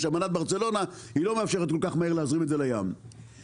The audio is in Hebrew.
יש את אמנת ברצלונה והיא לא מאפשרת להזרים את זה לים כל כך מהר.